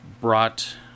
brought